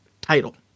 title